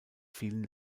vielen